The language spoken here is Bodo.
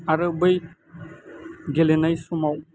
ओरो बै गेलेनाय समाव